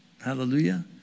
Hallelujah